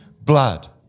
blood